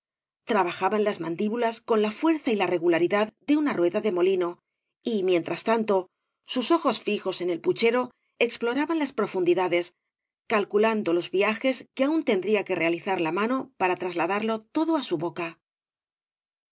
trabajaban las mandíbulas con la fuerza y la regularidad de una rueda de molino y mientras tanto sus ojos fijos en el puchero exploraban las profundidades calculando los viajes que aun tendría que realizar la mano para trasladarlo todo á u boca